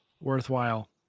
Worthwhile